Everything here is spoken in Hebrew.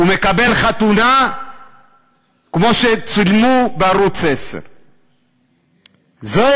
מקבל חתונה כמו שצילמו בערוץ 10. זו,